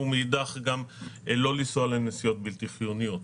ומאידך גם לא לנסוע לנסיעות בלתי חיוניות.